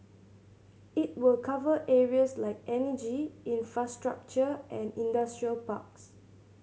it will cover areas like energy infrastructure and industrial parks